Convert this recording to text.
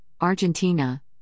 Argentina